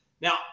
Now